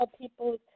people